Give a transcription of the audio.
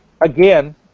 again